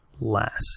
last